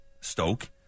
Stoke